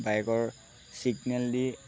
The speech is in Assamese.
বাইকৰ ছিগনেল দি